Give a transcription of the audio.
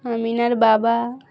আমিনার বাবা